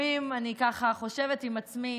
לפעמים אני ככה חושבת עם עצמי: